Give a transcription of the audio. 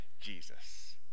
Jesus